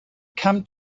come